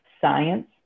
science